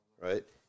right